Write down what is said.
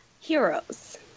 Heroes